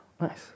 Nice